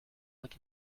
like